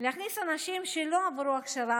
להכניס אנשים שלא עברו את ההכשרה